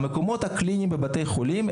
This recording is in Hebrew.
יש כמות מוגבלת של המקומות הקליניים בבתי חולים.